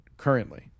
currently